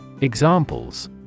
Examples